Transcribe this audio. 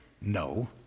No